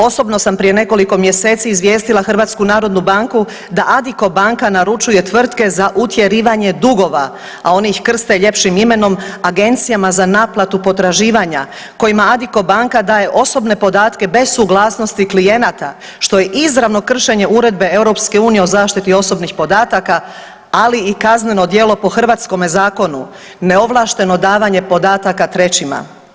Osobno sam prije nekoliko mjeseci izvijestila HNB da Addiko banka naručuje tvrtke za utjerivanje dugova, a oni ih krste ljepšim imenom, agencijama za naplatu potraživanja, kojima Addiko daje osobne podatke bez suglasnosti klijenata, što je izravno kršenje Uredbe EU o zaštiti osobnih podataka, ali i kazneno djelo po hrvatskome zakonu, neovlašteno davanje podataka trećima.